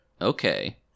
Okay